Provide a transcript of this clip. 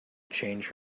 change